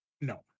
No